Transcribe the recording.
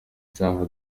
byaha